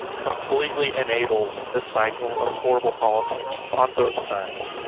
completely enables the cycle of horrible politics on both sides.